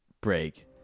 break